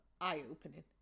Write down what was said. eye-opening